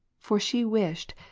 for she wished,